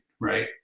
right